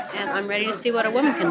and i'm ready to see what a woman can